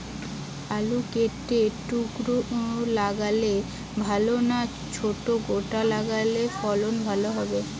আলু কেটে টুকরো লাগালে ভাল না ছোট গোটা লাগালে ফলন ভালো হবে?